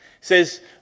says